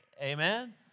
amen